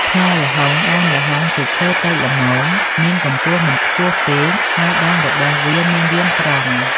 ផ្លែល្ហុង ដើមល្ហុងជាឈើតូចល្មម មានកម្ពស់មិនខ្ពស់ពេក ហើយដើមរបស់វាមានរាងត្រង់។